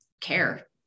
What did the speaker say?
care